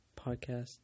podcast